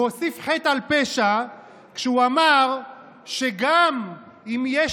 והוא הוסיף חטא על פשע כשהוא אמר שגם אם יש